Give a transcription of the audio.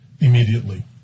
immediately